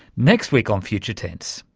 next week on future tense,